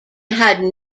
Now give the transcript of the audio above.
had